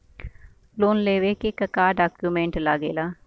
Loan लेवे के का डॉक्यूमेंट लागेला?